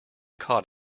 caught